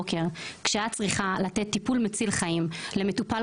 כשאת צריכה לתת טיפול מציל חיים למטופל